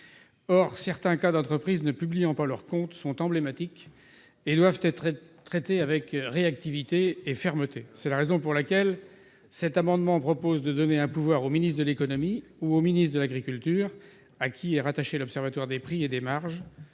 Or certains cas d'entreprises ne publiant pas leurs comptes sont emblématiques et doivent être traités avec réactivité et fermeté. C'est la raison pour laquelle cet amendement vise à donner le pouvoir au ministre de l'économie et au ministre de l'agriculture, à qui est rattaché l'Observatoire des prix et des marges,